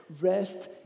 Rest